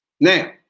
Now